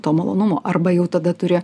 to malonumo arba jau tada turi